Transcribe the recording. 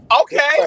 Okay